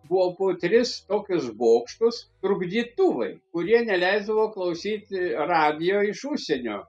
buvo po tris tokius bokštus trukdytuvai kurie neleisdavo klausyti radijo iš užsienio